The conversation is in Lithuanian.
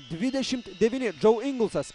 dvidešim devyni džau ingelsas